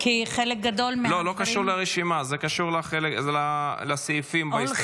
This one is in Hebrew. לא קשור לרשימה, זה קשור לסעיפים בהסתייגויות.